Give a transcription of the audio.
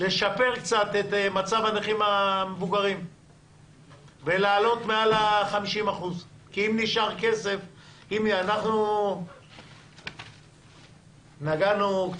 לשפר קצת את מצב הנכים המבוגרים ולהעלות מעל 50%. סופר,